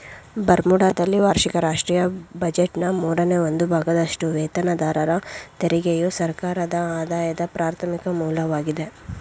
ಬರ್ಮುಡಾದಲ್ಲಿ ವಾರ್ಷಿಕ ರಾಷ್ಟ್ರೀಯ ಬಜೆಟ್ನ ಮೂರನೇ ಒಂದು ಭಾಗದಷ್ಟುವೇತನದಾರರ ತೆರಿಗೆಯು ಸರ್ಕಾರದಆದಾಯದ ಪ್ರಾಥಮಿಕ ಮೂಲವಾಗಿದೆ